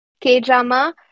K-drama